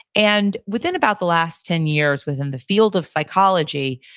and within about the last ten years within the field of psychology,